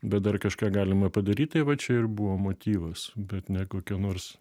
bet dar kažką galima padaryt tai va čia ir buvo motyvas bet ne kokie nors